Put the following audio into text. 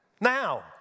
Now